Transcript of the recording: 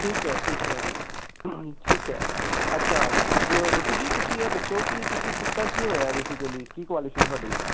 ਠੀਕ ਹੈ ਠੀਕ ਹੈ ਮੈਮ ਠੀਕ ਹੈ ਅੱਛਾ ਗ ਗੁਰਪ੍ਰੀਤ ਜੀ ਤੁਸੀਂ ਇਹ ਦੱਸੋ ਕਿ ਤੁਸੀਂ ਕੀਤਾ ਕੀ ਹੋਇਆ ਬੇਸੀਕਲੀ ਕੀ ਕੁਆਲੀਫੀਕੇਸ਼ਨ ਤੁਹਾਡੀ